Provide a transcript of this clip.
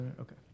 Okay